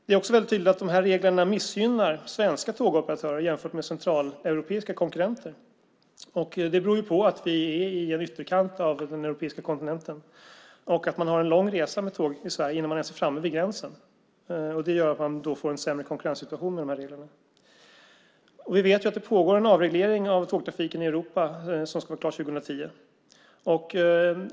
Det är också väldigt tydligt att reglerna missgynnar svenska tågoperatörer jämfört med centraleuropeiska konkurrenter, och det beror ju på att vi är i en ytterkant av den europeiska kontinenten. Man har en lång resa med tåg i Sverige innan man ens är framme vid gränsen, och det gör att man får en sämre konkurrenssituation med dessa regler. Vi vet att det pågår en avreglering av tågtrafiken i Europa som ska vara klar 2010.